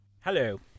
Hello